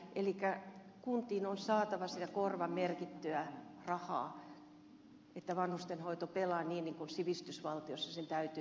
elikkä kuntiin on saatava sitä korvamerkittyä rahaa että vanhustenhoito pelaa niin kuin sivistysvaltiossa sen täytyy pelata